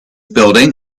building